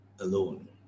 Alone